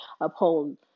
uphold